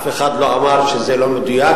אף אחד לא אמר שזה לא מדויק,